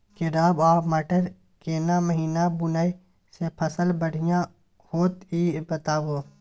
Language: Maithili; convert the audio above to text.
केराव आ मटर केना महिना बुनय से फसल बढ़िया होत ई बताबू?